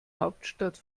hauptstadt